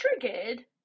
triggered